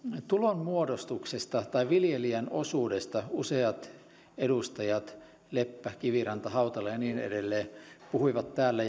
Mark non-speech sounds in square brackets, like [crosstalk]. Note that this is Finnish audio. tulonmuodostuksesta tai viljelijän osuudesta useat edustajat leppä kiviranta hautala ja niin edelleen puhuivat täällä [unintelligible]